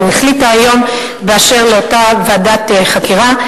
החליטה היום באשר לאותה ועדת חקירה.